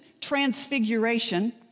transfiguration